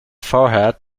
forehead